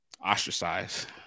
ostracized